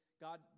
God